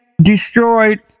destroyed